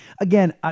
again